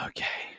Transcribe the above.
Okay